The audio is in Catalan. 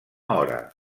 hora